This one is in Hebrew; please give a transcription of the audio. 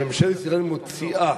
כשממשלת ישראל מוציאה